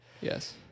Yes